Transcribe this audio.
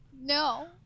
No